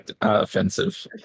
offensive